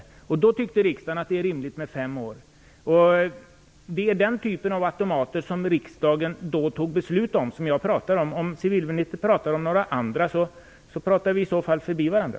Då tyckte riksdagen att det var rimligt med fem år. Jag pratar om den typ av automater som riksdagen då fattade beslut om. Om civilministern pratar om några andra automater pratar vi förbi varandra.